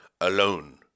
alone